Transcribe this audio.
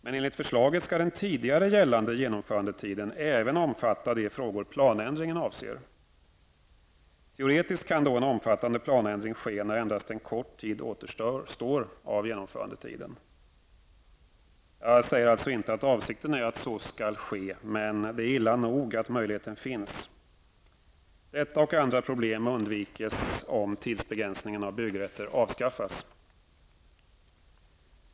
Men enligt förslaget skall den tidigare gällande genomförandetiden även omfatta de frågor planändringen avser. Teoretiskt kan då en omfattande planändring ske när endast en kort tid återstår av genomförandetiden. Jag säger alltså inte att avsikten är att så skall ske -- det är illa nog att möjligheten finns. Detta och andra problem undviks om tidsbegränsningen avskaffas.